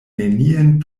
nenien